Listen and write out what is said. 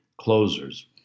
closers